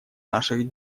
наших